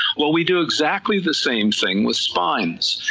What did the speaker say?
well we do exactly the same thing with spines,